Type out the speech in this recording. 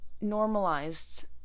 normalized